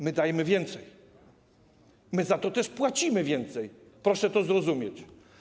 My dajemy więcej, my za to też płacimy więcej, proszę to zrozumieć.